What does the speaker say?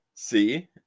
See